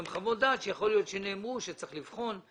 הן חוות דעת שיכול להיות שנאמרו, שצריך לבחון אבל